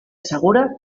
segura